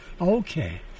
Okay